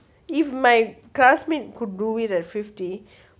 if my classmate could do with a fifty